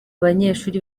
banyeshuri